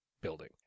building